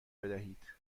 بدهید